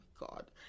God